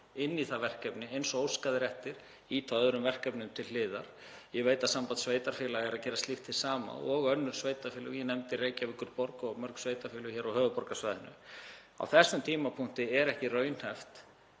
við þetta verkefni eins og óskað er eftir, ýtum öðrum verkefnum til hliðar. Ég veit að Samband íslenskra sveitarfélaga er að gera slíkt hið sama og önnur sveitarfélög, ég nefndi Reykjavíkurborg og mörg sveitarfélög á höfuðborgarsvæðinu. Á þessum tímapunkti er ekki raunhæft